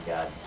God